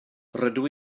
rydw